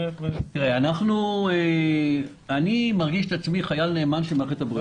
אני מרגיש את עצמי חייל נאמן של מערכת הבריאות.